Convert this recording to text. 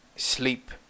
Sleep